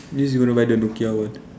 means you want to buy the Nokia [one]